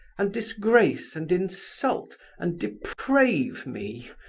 and disgrace and insult and deprave me,